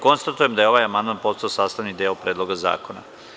Konstatujem da je ovaj amandman postao sastavni deo Predloga zakona.